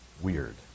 Weird